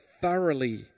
thoroughly